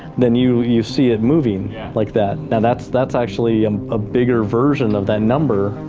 then you you see it moving like that. and that's that's actually um a bigger version of that number,